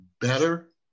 better